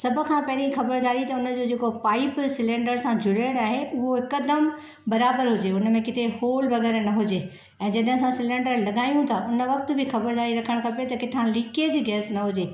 सभ खां पंहिरीं ख़बरदारी त उन जो जेको पाईप सिलेंडर सां जुड़यलु आहे उवो हिकदमु बराबरि हुजे हुन में किथे होल वग़ैरह न हुजे ऐं जॾहिं असां सिलेंडरु लॻायूं था हुन वक़्त बि ख़बरदारी रखणु खपे त किथां लिकेजु गैस न हुजे